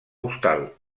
hostal